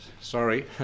Sorry